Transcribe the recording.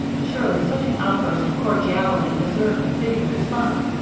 surely such an outburst of cordiality deserved a fitting response,